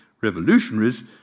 revolutionaries